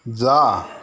जा